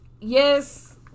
Yes